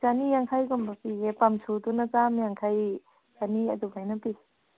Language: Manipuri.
ꯆꯅꯤ ꯌꯥꯡꯈꯩꯒꯨꯝꯕ ꯄꯤꯌꯦ ꯄꯝ ꯁꯨꯗꯨꯅ ꯆꯥꯝ ꯌꯥꯡꯈꯩ ꯆꯅꯤ ꯑꯗꯨꯃꯥꯏꯅ ꯄꯤ